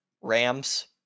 Rams